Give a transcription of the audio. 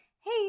hey